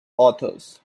authors